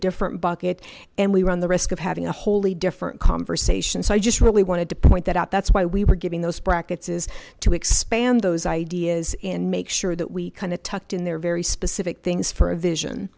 different pocket and we run the risk of having a wholly different conversation so i just really wanted to point that out that's why we were getting those brackets is to expand those ideas and make sure that we kind of tucked in there very specific things for a vision